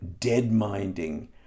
deadminding